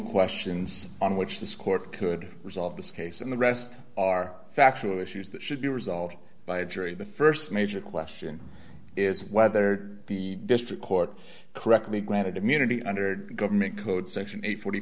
questions on which this court could resolve this case and the rest are factual issues that should be resolved by a jury the st major question is whether the district court correctly granted immunity under government code section eight